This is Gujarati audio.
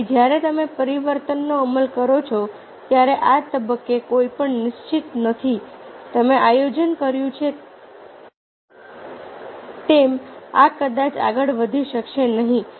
તેથી જ્યારે તમે પરિવર્તનનો અમલ કરો છો ત્યારે આ તબક્કે કંઈપણ નિશ્ચિત નથી તમે આયોજન કર્યું છે તેમ આ કદાચ આગળ વધી શકશે નહીં